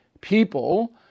people